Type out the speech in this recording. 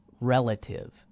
relative